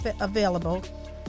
available